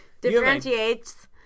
differentiates